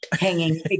hanging